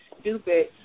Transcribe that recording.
stupid